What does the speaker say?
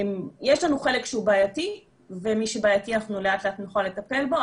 יש לנו חלק שהוא בעייתי ומי שבעייתי אנחנו לאט לאט נוכל לטפל בו,